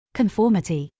Conformity